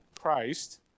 Christ